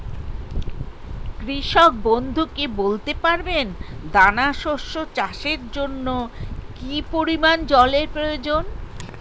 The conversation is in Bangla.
কৃষক বন্ধু কি বলতে পারবেন দানা শস্য চাষের জন্য কি পরিমান জলের প্রয়োজন?